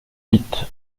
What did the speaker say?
huit